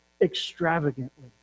extravagantly